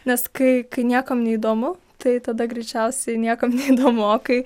nes kai kai niekam neįdomu tai tada greičiausiai niekam neįdomu o kai